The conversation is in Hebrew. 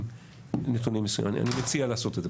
אני מציע לעשות את זה.